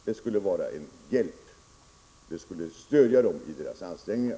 Det skulle vara till hjälp och det skulle även vara ett stöd för de baltiska folken i deras ansträngningar.